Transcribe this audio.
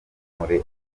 muri